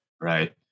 right